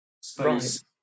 Space